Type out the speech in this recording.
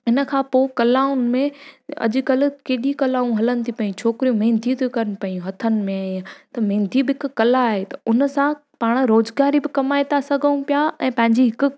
इन खां पोइ कलाउनि में अॼुकल्ह केॾी कलाऊं हलनि थी पियूं छोकिरियूं मेहंदियूं थियूं कनि पियूं हथनि में त मेहंदी बि हिकु कला आहे त उन सां पाण रोज़गारी बि कमाए था सघूं पिया ऐं पंहिंजी हिकु